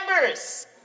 members